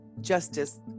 justice